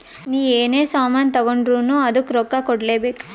ನೀ ಎನೇ ಸಾಮಾನ್ ತಗೊಂಡುರ್ನೂ ಅದ್ದುಕ್ ರೊಕ್ಕಾ ಕೂಡ್ಲೇ ಬೇಕ್